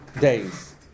days